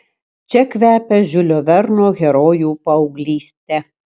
čia kvepia žiulio verno herojų paauglyste